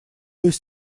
есть